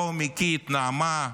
רומי, קית', נעמה,